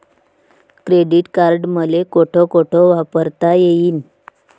Credit card मले कोठ कोठ वापरता येईन?